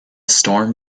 storm